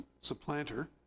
supplanter